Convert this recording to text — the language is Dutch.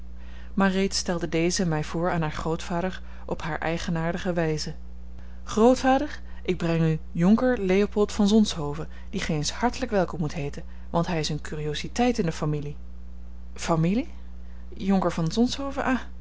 reeds stelde deze mij voor aan haar grootvader op hare eigenaardige wijze grootvader ik breng u jonker leopold van zonshoven dien gij eens hartelijk welkom moet heeten want hij is eene curiositeit in de familie familie jonker van